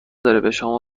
اشکال